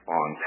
on